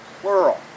plural